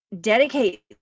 dedicate